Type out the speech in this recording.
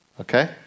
Okay